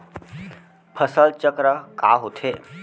फसल चक्र का होथे?